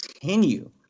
continue